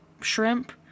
shrimp